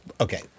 Okay